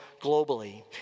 globally